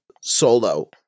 Solo